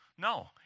No